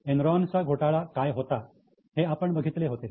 एनरॉनचा घोटाळा काय होता हे आपण बघितले होते